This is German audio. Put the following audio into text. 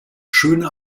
schöne